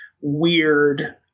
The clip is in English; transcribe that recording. weird